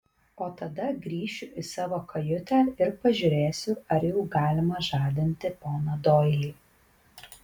o tada grįšiu į savo kajutę ir pažiūrėsiu ar jau galima žadinti poną doilį